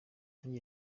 nanjye